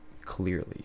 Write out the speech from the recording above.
clearly